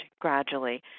gradually